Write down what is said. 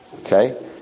okay